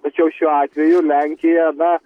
tačiau šiuo atveju lenkija na